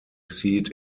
seat